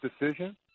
decision